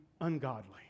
ungodly